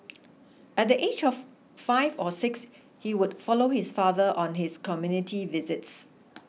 at the age of five or six he would follow his father on his community visits